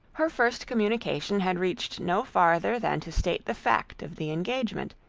her first communication had reached no farther than to state the fact of the engagement,